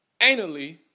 anally